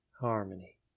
harmony